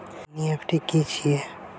NEFT की छीयै?